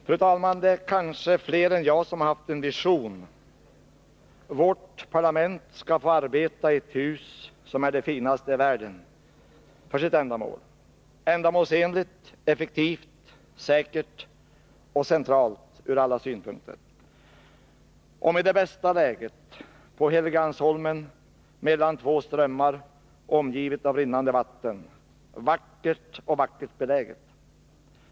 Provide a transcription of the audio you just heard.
Det är kanske fler än jag som haft en vision, att vårt parlament skall få arbeta i ett hus som är det finaste i världen för sitt ändamål — ändamålsenligt, effektivt, säkert och centralt från alla SYppHDEterage med det bästa läge: på Helgeandsholmen, mellan två strömmar, omgivet] rinnande vatten; vackert och skönt placerat.